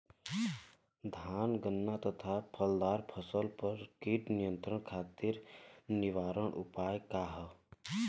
धान गन्ना तथा फलदार फसल पर कीट नियंत्रण खातीर निवारण उपाय का ह?